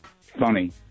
funny